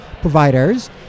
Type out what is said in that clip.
providers